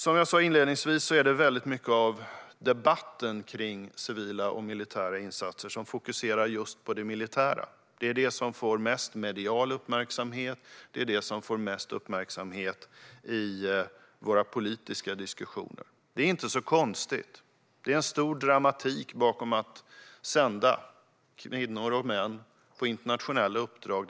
Som jag sa inledningsvis fokuseras mycket av debatten om civila och militära insatser på just det militära. Det är det som får mest medial uppmärksamhet och mest uppmärksamhet i våra politiska diskussioner. Det är inte konstigt. Det ligger stor dramatik bakom att sända kvinnor och män på internationella uppdrag.